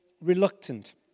reluctant